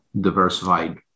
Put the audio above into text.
diversified